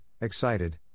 excited